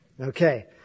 Okay